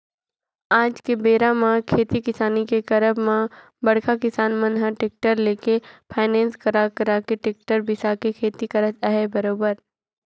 आज के बेरा म खेती किसानी के करब म बड़का किसान मन ह टेक्टर लेके फायनेंस करा करा के टेक्टर बिसा के खेती करत अहे बरोबर